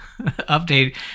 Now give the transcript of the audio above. update